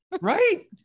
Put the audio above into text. right